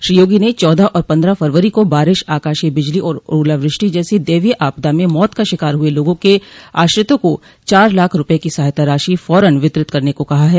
श्री योगी ने चौदह और पन्द्रह फरवरी को बारिश आकाशीय बिजली और ओलावृष्टि जैसी दैवीय आपदा में मौत का शिकार हुए लोगों के आश्रितों को चार लाख रूपये की सहायता राशि फौरन वितरित करने को कहा है